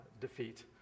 defeat